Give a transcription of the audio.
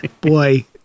Boy